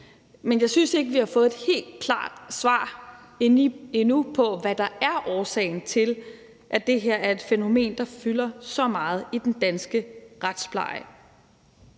men jeg synes ikke, vi har fået et helt klart svar endnu på, hvad der er årsagen til, at det her er et fænomen, der fylder så meget i den danske retspleje.